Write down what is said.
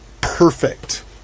perfect